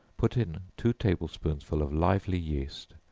put in two table-spoonsful of lively yeast,